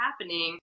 happening